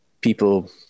people